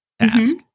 task